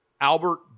Albert